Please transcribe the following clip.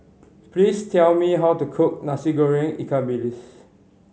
please tell me how to cook Nasi Goreng ikan bilis